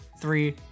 three